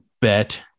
bet